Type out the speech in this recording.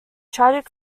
tragic